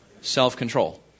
self-control